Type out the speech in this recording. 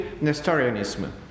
Nestorianism